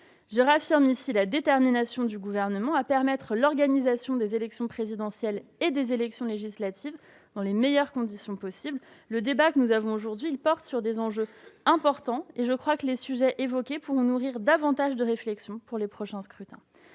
Je réaffirme ici la détermination du Gouvernement à permettre l'organisation des élections présidentielle et législatives dans les meilleures conditions possible. Le débat que nous avons aujourd'hui porte sur des enjeux importants et je crois que les sujets évoqués pourront nourrir la réflexion pour les prochains scrutins.